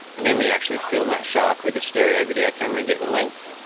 and then we actually film that shark with a stereo video camera and get the length.